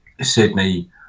Sydney